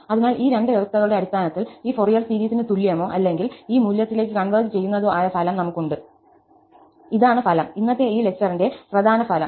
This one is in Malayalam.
അതിനാൽ ഈ രണ്ടു വ്യവസ്ഥകളുടെ അടിസ്ഥാനത്തിൽ ഈ ഫൊറിയർ സീരീസിന് തുല്യമോ അല്ലെങ്കിൽ ഈ മൂല്യത്തിലേക്ക് കൺവെർജ് ചെയ്യുന്നതോ ആയ ഫലം നമുക് ഉണ്ട് ഇതാണ് ഫലം ഇന്നത്തെ ഈ ലെക്ചറിന്റെ പ്രധാന ഫലം